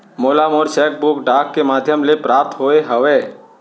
मोला मोर cheque book डाक के मध्याम ले प्राप्त होय हवे